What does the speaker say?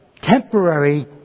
temporary